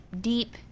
deep